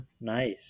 Nice